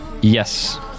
Yes